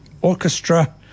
Orchestra